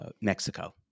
Mexico